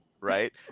right